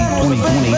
2020